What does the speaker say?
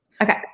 Okay